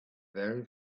very